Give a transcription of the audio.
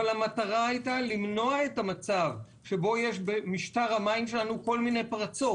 אבל המטרה היתה למנוע את המצב שבו יש במשטר המים שלנו כל מיני פרצות.